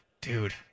Dude